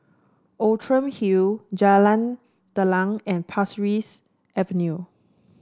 Outram Hill Jalan Telang and Pasir Ris Avenue